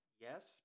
yes